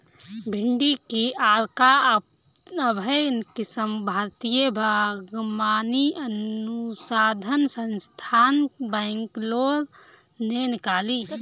भिंडी की अर्का अभय किस्म भारतीय बागवानी अनुसंधान संस्थान, बैंगलोर ने निकाली